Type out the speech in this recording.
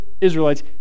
Israelites